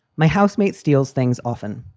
my housemate steals things often.